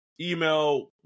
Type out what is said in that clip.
Email